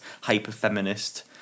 hyper-feminist